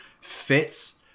fits